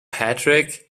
patrick